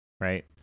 right